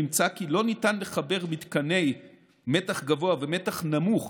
כי לא ניתן לחבר מתקני מתח גבוה ומתח נמוך